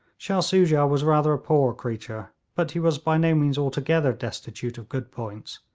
shah soojah was rather a poor creature, but he was by no means altogether destitute of good points,